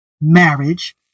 marriage